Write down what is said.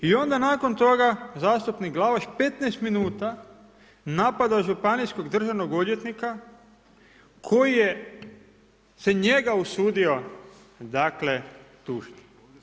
I onda nakon toga zastupnik Glavaš 15 minuta napada županijskog državnog odvjetnika koji se njega usudio tužiti.